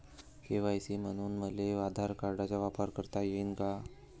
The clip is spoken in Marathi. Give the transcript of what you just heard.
के.वाय.सी म्हनून मले आधार कार्डाचा वापर करता येईन का?